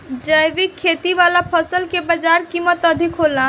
जैविक खेती वाला फसल के बाजार कीमत अधिक होला